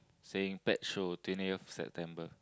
saying pet show twentieth September